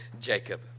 Jacob